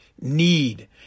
need